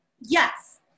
Yes